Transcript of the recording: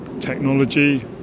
technology